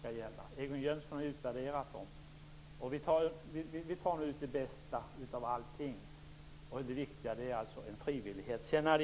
Egon Jönsson har utvärderat dem, och vi tar ut det bästa ur allting. Det viktiga är alltså frivilligheten.